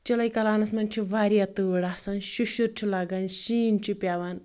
چِلَے کلانس منٛز چھِ واریاہ تۭر آسان شُشُر چُھ لگان شیٖن چھُ پیٚوان